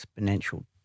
exponential